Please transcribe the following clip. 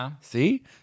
see